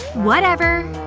whatever.